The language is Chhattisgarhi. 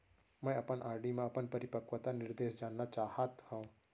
मै अपन आर.डी मा अपन परिपक्वता निर्देश जानना चाहात हव